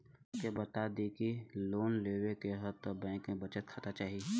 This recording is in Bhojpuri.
हमके बता देती की लोन लेवे के हव त बैंक में बचत खाता चाही?